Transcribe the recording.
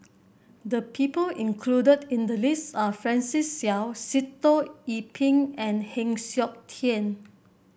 the people included in the list are Francis Seow Sitoh Yih Pin and Heng Siok Tian